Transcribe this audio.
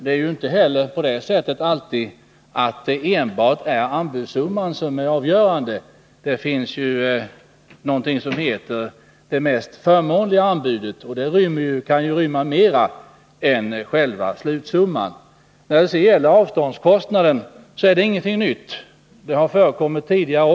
Det är inte heller alltid på det sättet att det enbart är anbudssumman som är avgörande. Det finns ju någonting som heter ”det mest förmånliga anbudet”, och det kan rymma mer än själva slutsumman. När det gäller avståndskostnaden så är det ingenting nytt — det har förekommit också tidigare.